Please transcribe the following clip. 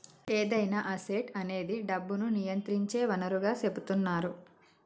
ఏదైనా అసెట్ అనేది డబ్బును నియంత్రించే వనరుగా సెపుతున్నరు